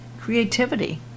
Creativity